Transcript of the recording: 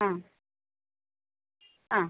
അ അ